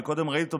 קודם ראיתי אותו,